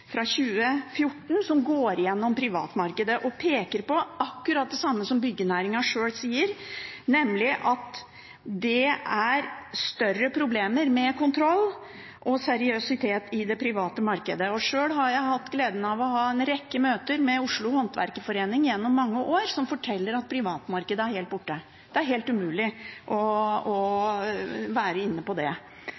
fra 2014, som går igjennom privatmarkedet og peker på akkurat det samme som byggenæringen sjøl sier, nemlig at det er større problemer med kontroll og seriøsitet i det private markedet. Sjøl har jeg hatt gleden av å ha en rekke møter med Oslo Håndverks- og Industriforening gjennom mange år, som forteller at privatmarkedet er helt borte, det er helt umulig å